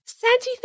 Santi